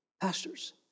Pastors